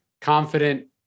confident